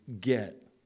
get